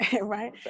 Right